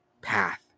path